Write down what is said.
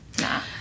Nah